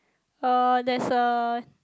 uh there's a